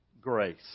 Grace